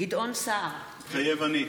גדעון סער, מתחייב אני